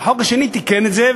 והחוק השני תיקן את זה.